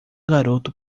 garoto